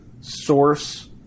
source